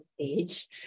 stage